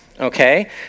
Okay